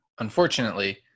Unfortunately